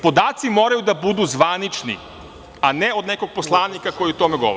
Podaci moraju da budu zvanični, a ne od nekog poslanika koji o tome govori.